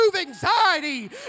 anxiety